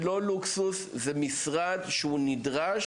זה לא לוקסוס, זה משרד שהוא נדרש.